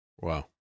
Wow